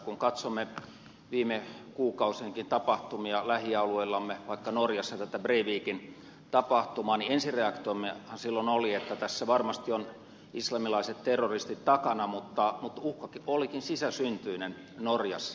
kun katsomme viime kuukausienkin tapahtumia lähialueillamme vaikka norjassa tätä breivikin tapahtumaa niin ensireaktiommehan silloin oli että tässä varmasti ovat islamilaiset terroristit takana mutta uhka olikin sisäsyntyinen norjassa